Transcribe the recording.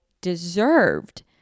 deserved